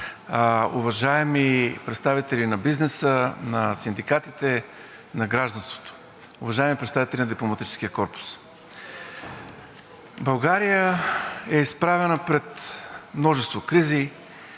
уважаеми представители на бизнеса, на синдикатите, на гражданството, уважаеми представители на Дипломатическия корпус! България е изправена пред множество кризи,